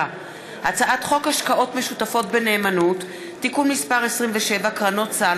ההצעה להעביר את הצעת חוק החזקת מזרקי אפינפרין במקומות ציבוריים,